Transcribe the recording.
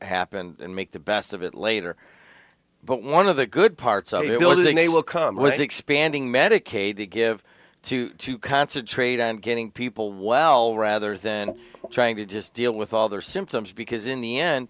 happened and make the best of it later but one of the good parts of it was they will come with expanding medicaid to give to concentrate on getting people well rather than trying to just deal with all their symptoms because in the end